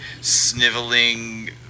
sniveling